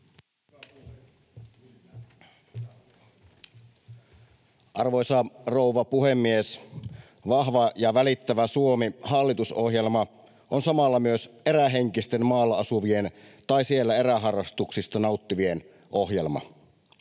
Arvoisa rouva puhemies! Vahva ja välittävä Suomi -hallitusohjelma on samalla myös erähenkisten maalla asuvien tai siellä eräharrastuksista nauttivien ohjelma.